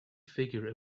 figure